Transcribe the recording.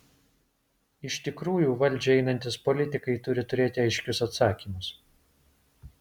iš tikrųjų valdžią einantys politikai turi turėti aiškius atsakymus